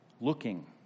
looking